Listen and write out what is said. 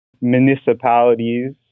Municipalities